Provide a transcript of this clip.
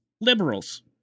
liberals